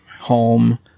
home